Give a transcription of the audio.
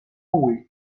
week